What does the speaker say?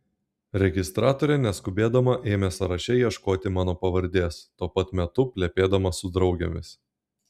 registratorė neskubėdama ėmė sąraše ieškoti mano pavardės tuo pat metu plepėdama su draugėmis